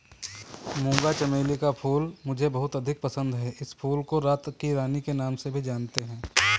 मूंगा चमेली का फूल मुझे बहुत अधिक पसंद है इस फूल को रात की रानी के नाम से भी जानते हैं